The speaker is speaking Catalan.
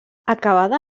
acabada